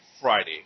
Friday